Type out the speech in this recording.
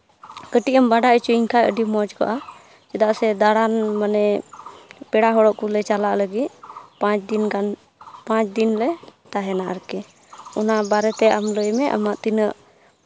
ᱠᱟᱹᱴᱤᱡ ᱮᱢ ᱵᱟᱰᱟᱭ ᱦᱚᱪᱚᱧ ᱠᱷᱟᱡ ᱟᱹᱰᱤ ᱢᱚᱡᱽ ᱠᱚᱜᱼᱟ ᱪᱮᱫᱟᱜ ᱥᱮ ᱫᱟᱬᱟᱱ ᱢᱟᱱᱮ ᱯᱮᱲᱟ ᱦᱚᱲᱚᱜ ᱠᱚᱞᱮ ᱪᱟᱞᱟᱜ ᱞᱟᱹᱜᱤᱫ ᱯᱟᱸᱪ ᱫᱤᱱ ᱜᱟᱱ ᱯᱟᱸᱪ ᱫᱤᱱ ᱞᱮ ᱛᱟᱦᱮᱱᱟ ᱟᱨᱠᱤ ᱚᱱᱟ ᱵᱟᱨᱮᱛᱮ ᱟᱢ ᱞᱟᱹᱭᱢᱮ ᱟᱢᱟᱜ ᱛᱤᱱᱟᱹᱜ